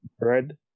red